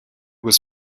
was